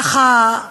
ככה,